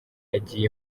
agiye